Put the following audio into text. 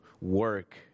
work